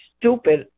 stupid